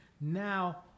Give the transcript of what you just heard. now